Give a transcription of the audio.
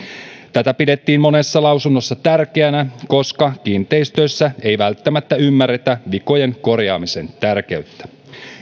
tätä pidettiin monessa lausunnossa tärkeänä koska kiinteistöissä ei välttämättä ymmärretä vikojen korjaamisen tärkeyttä